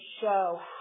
show